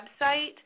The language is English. website